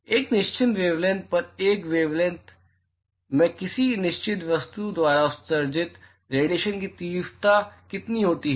एक निश्चित वेवलैंथ पर उस वेवलैंथ में किसी निश्चित वस्तु द्वारा उत्सर्जित रेडिएशन की तीव्रता कितनी होती है